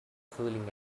fooling